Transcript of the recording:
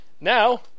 Now